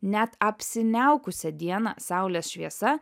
net apsiniaukusią dieną saulės šviesa